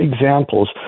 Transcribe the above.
examples